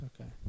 Okay